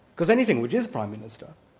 because anything which is prime minister,